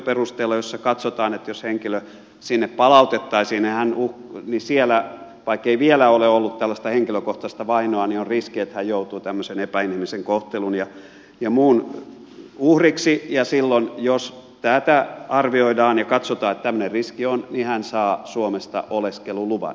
siinä katsotaan että jos henkilö sinne maahan palautettaisiin niin siellä vaikkei vielä ole ollut tällaista henkilökohtaista vainoa on riski että hän joutuu tämmöisen epäinhimillisen kohtelun ja muun uhriksi ja silloin jos arvioidaan ja katsotaan että tämmöinen riski on hän saa suomesta oleskeluluvan